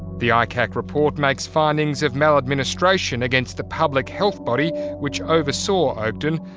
the icac report makes findings of maladministration against the public health body which oversaw oakden,